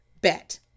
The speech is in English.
bet